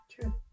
True